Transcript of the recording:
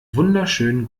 wunderschönen